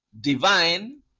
divine